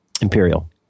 Imperial